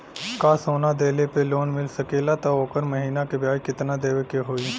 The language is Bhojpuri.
का सोना देले पे लोन मिल सकेला त ओकर महीना के ब्याज कितनादेवे के होई?